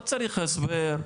לא צריך הסבר,